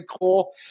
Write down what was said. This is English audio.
cool